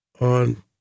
On